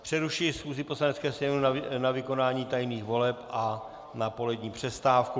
Přerušuji schůzi Poslanecké sněmovny na vykonání tajných voleb a na polední přestávku.